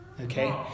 Okay